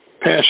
pass